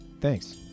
Thanks